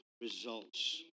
results